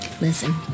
Listen